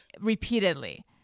repeatedly